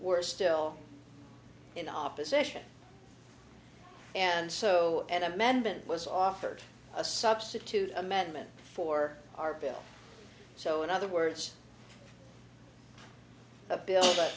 worse still in opposition and so an amendment was offered a substitute amendment for our bill so in other words the bill that